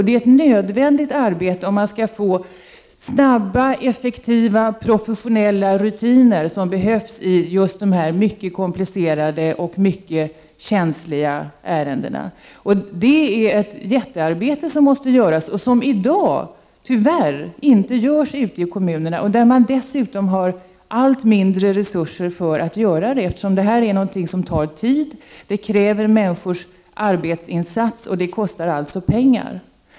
Det är ett nödvändigt arbete, om man skall få snabba, effektiva och professionella rutiner, som behövs just i dessa mycket komplicerade och mycket känsliga ärenden. Det är ett jättearbete som måste göras men som tyvärr inte görs ute i kommunerna i dag, där man dessutom har allt mindre resurser för att göra det. Detta är ju någonting som tar tid och kräver människors arbetsinsats och alltså kostar mycket pengar.